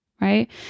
Right